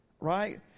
right